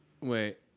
Wait